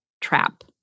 trap